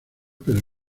pero